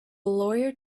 lawyer